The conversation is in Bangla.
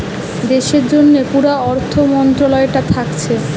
দেশের জন্যে পুরা অর্থ মন্ত্রালয়টা থাকছে